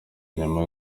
nyuma